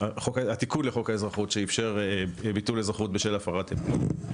התיקון לחוק האזרחות שאפשר ביטול אזרחות בשל הפרת אמונים.